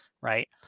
Right